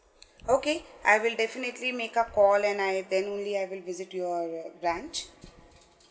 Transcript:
okay I will definitely make a call and I manually I will visit to your uh branch